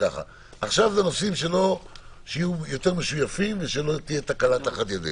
עכשיו זה נושאים שיהיו יותר משויפים ושלא תהיה תקלה תחת ידינו.